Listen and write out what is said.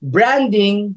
Branding